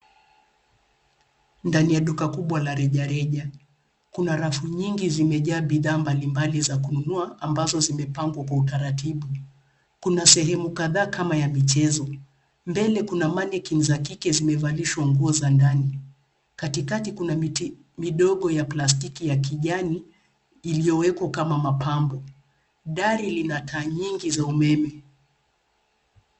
Ndani ya duka kubwa la rejareja. Kuna rafu nyingi zimejaa bidhaa mbalimbali za kununua ambazo zimepangwa kwa utaratibu. Kuna sehemu kadhaa kama ya michezo. Mbele kuna mannequins za kike zimevalishwa nguo za ndani. Katikati kuna miti midogo ya plastiki ya kijani iliyowekwa kama mapambo. Dari lina taa nyingi za umeme.